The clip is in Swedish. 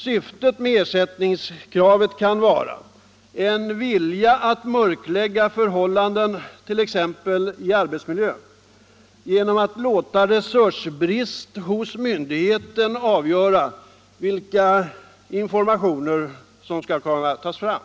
Syftet med ersättningskravet kan vara en vilja att mörklägga förhållanden i t.ex. arbetsmiljön genom att låta resursbrist hos myndigheten avgöra vilka informationer som skall tas - Företagens uppfram.